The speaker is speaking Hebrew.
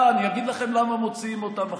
אה, אני אגיד לכם למה מוציאים אותם החוצה,